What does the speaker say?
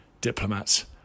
diplomats